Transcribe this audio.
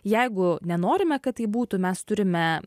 jeigu nenorime kad taip būtų mes turime